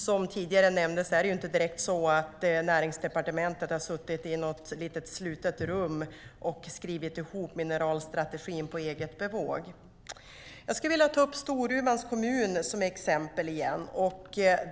Som tidigare nämndes är det inte direkt så att Näringsdepartementet har suttit i något litet slutet rum och skrivit ihop mineralstrategin på eget bevåg. Jag vill ta upp Storumans kommun som exempel igen.